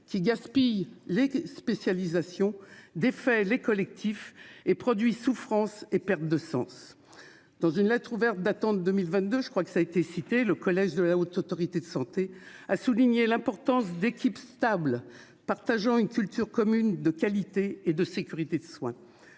qui gaspillent leur spécialisation, défont les collectifs et produisent souffrance et perte de sens. Dans une lettre ouverte datant de 2022, le collège de la Haute Autorité de santé a souligné « l'importance d'équipes stables partageant une culture commune de qualité et de sécurité des soins